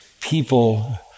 people